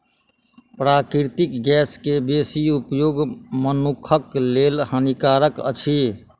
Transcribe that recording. प्राकृतिक गैस के बेसी उपयोग मनुखक लेल हानिकारक अछि